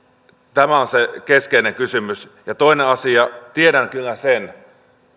tämä on se keskeinen kysymys ja toinen asia tiedän kyllä sen